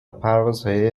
پروازهای